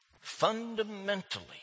Fundamentally